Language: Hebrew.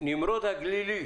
נמרוד הגלילי